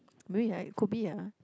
maybe like could be ah